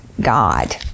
God